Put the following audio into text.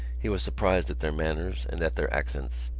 he was surprised at their manners and at their accents,